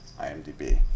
IMDb